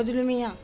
Nazrul Mia